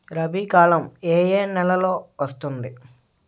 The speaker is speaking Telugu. రబీ కాలం ఏ ఏ నెలలో వస్తుంది?